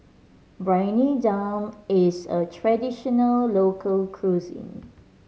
Briyani Dum is a traditional local cuisine